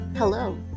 Hello